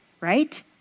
Right